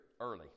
early